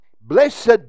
Blessed